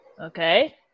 Okay